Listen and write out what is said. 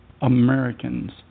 Americans